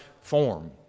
form